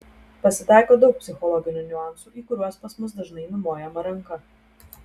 pasitaiko daug psichologinių niuansų į kuriuos pas mus dažnai numojama ranka